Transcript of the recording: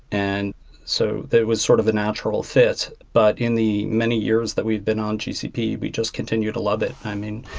and so that was sort of the natural fit. but in the many years that we've been on gcp, we just continue to love it. i mean,